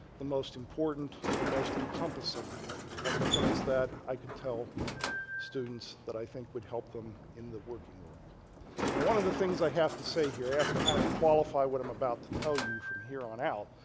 the most important, the most encompassing of the things that i could tell students that i think would help them in the working world. now one of the things i have to say here. i have to kind of qualify what i'm about to tell you from here on out,